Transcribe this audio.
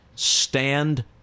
stand